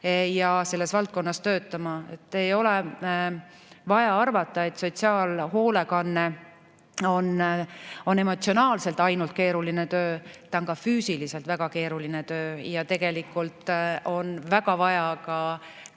ja selles valdkonnas töötama. Ei ole vaja arvata, et sotsiaalhoolekanne on ainult emotsionaalselt keeruline töö, see on ka füüsiliselt väga keeruline töö. Tegelikult on väga vaja,